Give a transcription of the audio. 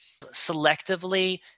selectively